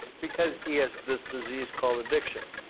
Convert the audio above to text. because he has this disease called addiction.